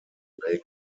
lake